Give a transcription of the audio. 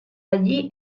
allí